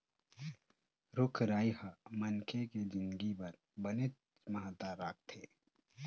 रूख राई ह मनखे के जिनगी बर बनेच महत्ता राखथे